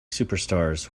superstars